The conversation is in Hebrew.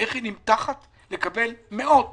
איך היא נמתחת לקבל מאות